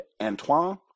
Antoine